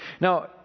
Now